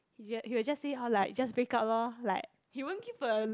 h~ he will just how like just break up lor like he won't give a